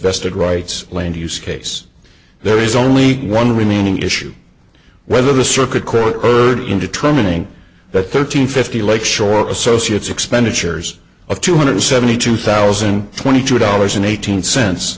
vested rights land use case there is only one remaining issue whether the circuit court heard in determining that thirteen fifty lake shore associates expenditures of two hundred seventy two thousand and twenty two dollars and eight